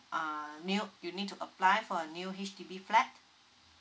uh new you need to apply for a new H_D_B flat